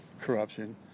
corruption